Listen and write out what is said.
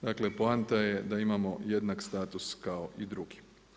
Dakle poanta je da imamo jednak status kao i drugi.